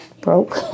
broke